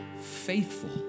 faithful